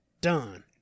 Done